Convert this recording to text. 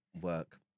work